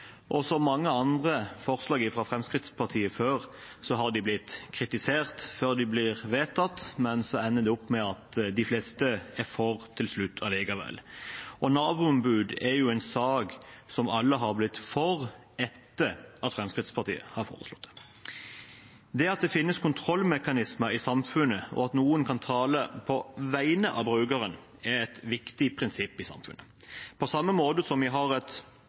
Nav-ombud. Også mange andre forslag fra Fremskrittspartiet har blitt kritisert før de ble vedtatt, men så ender det opp med at de fleste til slutt er for forslagene likevel. Opprettelsen av et Nav-ombud er jo en sak som alle har blitt for etter at Fremskrittspartiet har foreslått det. Det at det finnes kontrollmekanismer i samfunnet, og at noen kan tale på vegne av brukerne, er et viktig prinsipp. På samme måte som vi har et